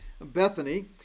Bethany